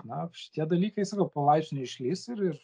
na šitie dalykai sakau palaipsniui išlįs ir ir